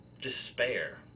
despair